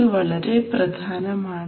ഇതു വളരെ പ്രധാനമാണ്